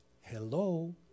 hello